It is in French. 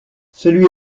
celui